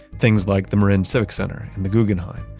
things like the marin civic center and the guggenheim.